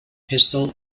pistol